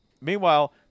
Meanwhile